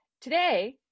Today